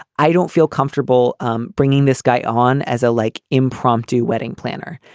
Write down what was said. i don't feel comfortable um bringing this guy on as a like impromptu wedding planner.